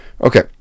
Okay